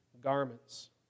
garments